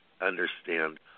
Understand